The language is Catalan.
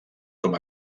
com